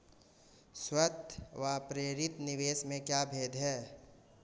स्वायत्त व प्रेरित निवेश में क्या भेद है?